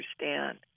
understand